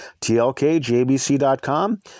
TLKJBC.com